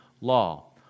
law